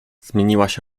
zmieniłaś